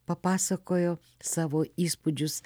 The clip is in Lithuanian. papasakojo savo įspūdžius